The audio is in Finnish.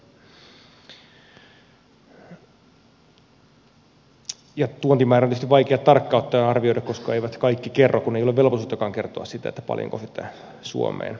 tuontimääriä on tietysti vaikea tarkkaan ottaen arvioida koska eivät kaikki kerro kun ei ole velvollisuuttakaan kertoa sitä paljonko sitä suomeen tuodaan